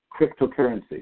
cryptocurrency